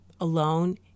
alone